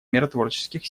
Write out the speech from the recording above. миротворческих